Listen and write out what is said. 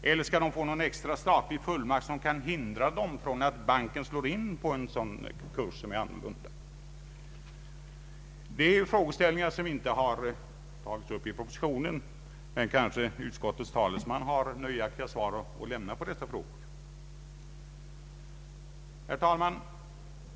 Eller skall de få någon extra statlig fullmakt som kan hindra banken från att slå in på en sådan kurs? Detta är frågeställningar som inte tagits upp i propositionen, men kanske utskottets talesman kan lämna nöjaktiga svar på dessa frågor. Herr talman!